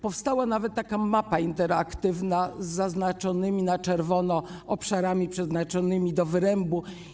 Powstała nawet taka interaktywna mapa z zaznaczonymi na czerwono obszarami przeznaczonymi do wyrębu.